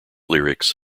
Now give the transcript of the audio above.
lyrics